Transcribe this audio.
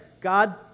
God